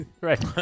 Right